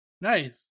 Nice